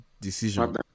decision